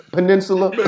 Peninsula